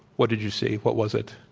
what did you see? what was it?